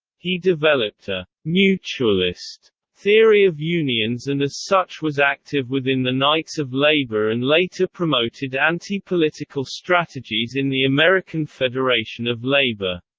he developed a mutualist theory of unions and as such was active within the knights of labor and later promoted anti-political strategies in the american federation of labor.